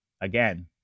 again